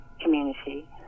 community